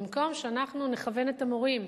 במקום שאנחנו נכוון את המורים,